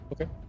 Okay